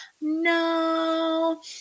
no